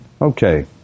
Okay